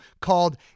called